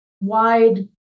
wide